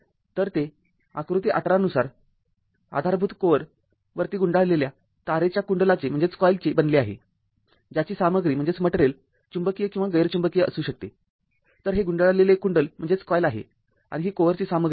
तर ते आकृती १८ नुसार आधारभूत कोअर वरती गुंडाळलेल्या तारेच्या कुंडलाचे बनले आहेज्याची सामग्री चुंबकीय किंवा गैर चुंबकीय असू शकते तर हे गुंडाळलेले कुंडल आहे आणि ही कोअरची सामग्री आहे